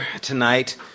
tonight